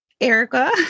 Erica